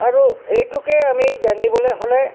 আৰু এইটোকে আমি জানিবলৈ হ'লে